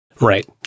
Right